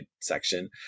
section